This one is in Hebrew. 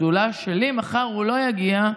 לשדולה שלי מחר הוא לא יגיע.